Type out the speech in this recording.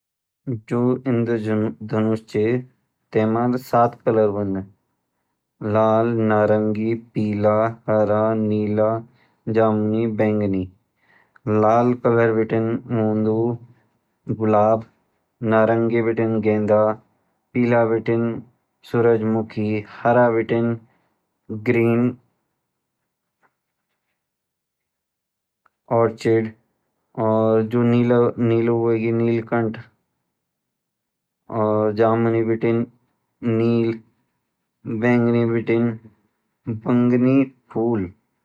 जो इंद्र धनुष छ तेमा सात प्रकार के रंग हुएंडन लाल नारंगी पीला हरा नीला जमुनी बंगानी, लाल होंदू गुलाब नारंगी बेटिंन गेंदा पिला बीटीं सूरजमुखी हरा बीतीं ग्रीन आर्किड और जू नीला से हुएगी नीलकंठ जामुनी बीतीं जामुन बैंगनी बीतीं बैंगनी फूल